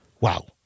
wow